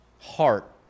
heart